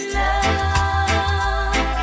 love